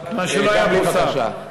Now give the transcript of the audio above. כי לא היה פה שר.